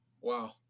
wow